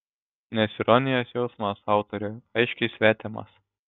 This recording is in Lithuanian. nes ironijos jausmas autoriui aiškiai svetimas